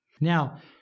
Now